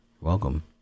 welcome